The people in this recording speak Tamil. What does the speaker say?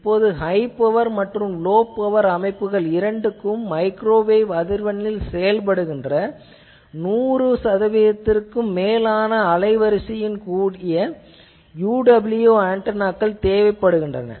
இப்போது ஹை பவர் மற்றும் லோ பவர் அமைப்புகள் இரண்டுக்கும் மைக்ரோவேவ் அதிர்வெண்ணில் செயல்படுகிற 100 சதவீதத்துக்கும் மேலான அலைவரிசையுடன் கூடிய UWB ஆன்டெனாக்கள் தேவைப்படுகின்றன